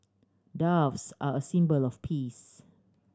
doves are a symbol of peace